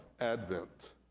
advent